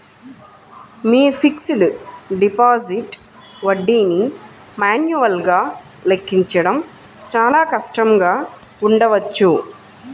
మీ fixed deposit వడ్డీని మాన్యువల్గా లెక్కించడం చాలా కష్టంగా ఉండవచ్చు